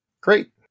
great